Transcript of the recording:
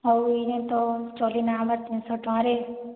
ଆଉ ଇଏ ତ ଚଲି ନାଇଁ ହେବାର୍ ତିନିଶହ ଟଙ୍କାରେ